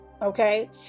okay